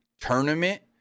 tournament